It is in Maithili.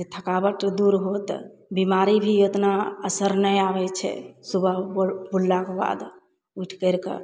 जे थकावट दूर होत बहुत बीमारी भी उतना असर नहि आबय छै सुबह कुल्लाके बाद उठि करिके